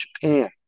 Japan